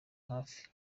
hafi